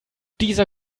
dieser